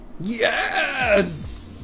Yes